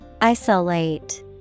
Isolate